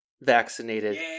vaccinated